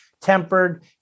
tempered